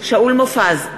שאול מופז,